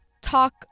talk